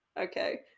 okay